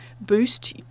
boost